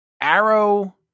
Arrow